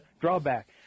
drawback